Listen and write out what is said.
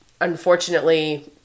unfortunately